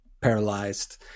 paralyzed